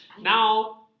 Now